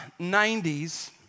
90s